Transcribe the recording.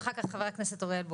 אחר כך חבר הכנסת אוריאל בוסו.